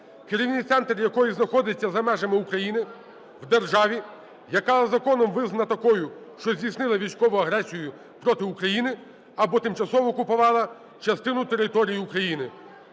керівний центр якої знаходиться за межами України в державі, яка законом визнана такою, що здійснила військову агресію проти України або тимчасово окупувала частину території України